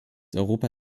europa